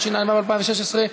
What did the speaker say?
התשע"ו 2016,